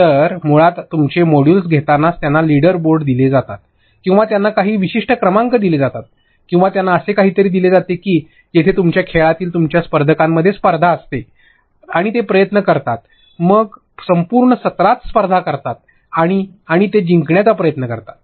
तर मुळात तुमचे मॉड्यूल्स घेतानाच त्यांना लीडर बोर्ड दिले जातात किंवा त्यांना काही विशिष्ट क्रमांक दिले जातात किंवा त्यांना असे काहीतरी दिले जाते की जिथे तुमच्या खेळातील तुमच्या स्पर्धकांमध्ये स्पर्धा असते आणि ते प्रयत्न करतात मग संपूर्ण सत्रात स्पर्धा करतात आणि आणि ते जिंकण्याचा प्रयत्न करतात